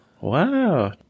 wow